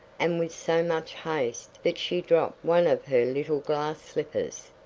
and with so much haste that she dropped one of her little glass slippers,